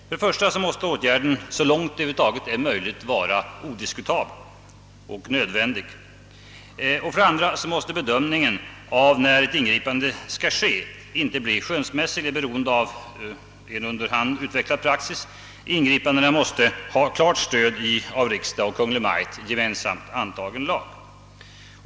För det första måste åtgärden så långt det över huvud taget är möjligt vara medicinskt nödvändig. För det andra får bedömningen av frågan om när ett ingripande skall ske inte bli skönsmässig eller beroende av en under hand utvecklad praxis. Ingripandena måste ha klart stöd i av riksdagen och Kungl. Maj:t gemensamt antagen lag.